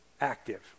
active